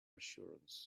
assurance